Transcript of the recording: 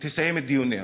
תסיים את דיוניה.